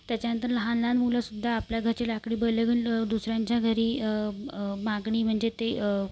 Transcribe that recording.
त्याच्यानंतर लहान लहान मुलंसुद्धा आपल्या घरची लाकडी बैलं घेऊन दुसऱ्यांच्या घरी मागणी म्हणजे ते